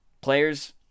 Players